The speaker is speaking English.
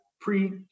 Pre